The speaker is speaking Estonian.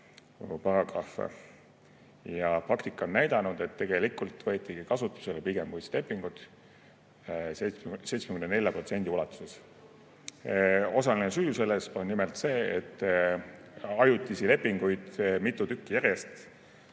paragrahve. Praktika on näidanud, et tegelikult võetigi kasutusele pigem võlaõiguslepingud, 74% ulatuses. Osaline süü on nimelt sellel, et ajutisi lepinguid mitu tükki järjest